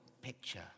picture